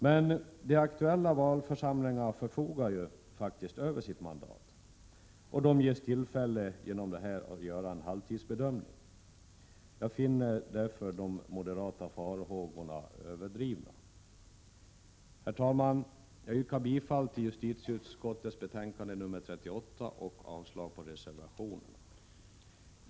Men de aktuella valförsamlingarna förfogar ju över sitt mandat, och de ges genom det här förslaget tillfälle att göra en halvtidsbedömning. Jag finner därför de moderata farhågorna överdrivna. Herr talman! Jag yrkar bifall till justitieutskottets hemställan i dess betänkande nr 38 och avslag på reservationerna.